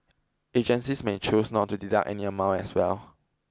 agencies may choose not to deduct any amount as well